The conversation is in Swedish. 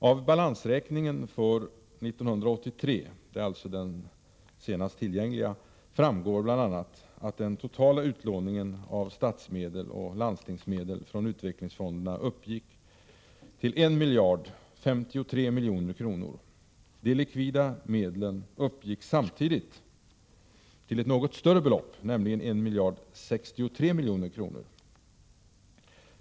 Av balansräkningen för 1983 — det är alltså den senast tillgängliga — framgår bl.a. att den totala utlåningen av statsmedel och landstingsmedel från utvecklingsfonderna uppgick till 1053 milj.kr. De likvida medlen uppgick samtidigt till ett något större belopp, nämligen 1 063 milj.kr.